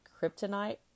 Kryptonite